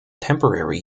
temporary